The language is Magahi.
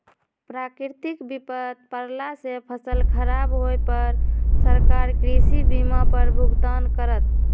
प्राकृतिक विपत परला से फसल खराब होय पर सरकार कृषि बीमा पर भुगतान करत